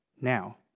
now